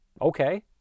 Okay